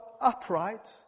upright